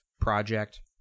project